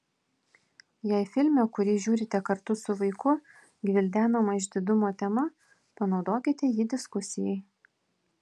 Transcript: jei filme kurį žiūrite kartu su vaiku gvildenama išdidumo tema panaudokite jį diskusijai